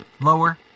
lower